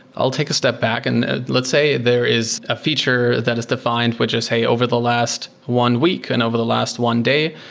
i'll take a step back, and let's say there is a feature that is defined, which is, hey, over the last one week and over the last one day,